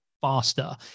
faster